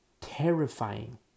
terrifying